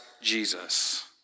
Jesus